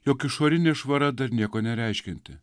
jog išorinė švara dar nieko nereiškianti